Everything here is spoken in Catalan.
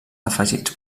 afegits